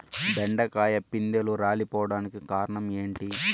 బెండకాయ పిందెలు రాలిపోవడానికి కారణం ఏంటి?